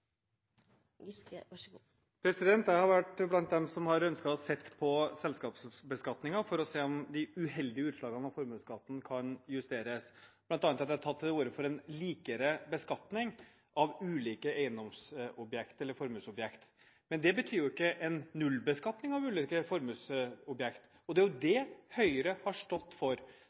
Jeg har vært blant dem som har ønsket å se på selskapsbeskatningen for å se om de uheldige utslagene av formuesskatten kan justeres. Blant annet har jeg tatt til orde for en likere beskatning av ulike formuesobjekter. Men det betyr jo ikke en nullbeskatning av ulike formuesobjekter, og det er jo det Høyre har stått for.